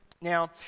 Now